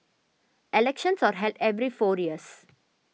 elections are held every four years